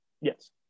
Yes